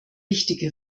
wichtige